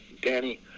Danny